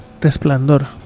resplandor